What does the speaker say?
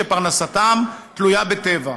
שפרנסתן תלויה בטבע.